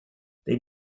they